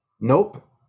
Nope